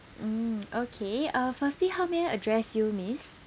mm okay uh firstly how may I address you miss